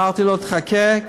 אמרתי לו: תחכה,